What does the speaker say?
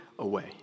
away